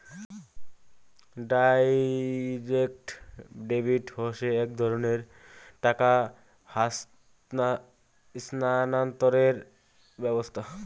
direct debit হসে এক ধরণের টাকা স্থানান্তরের ব্যবস্থা